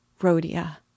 Rhodia